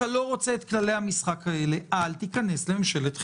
אם אתה לא רוצה את כללי המשחק הללו אל תיכנס לממשלת חילופים.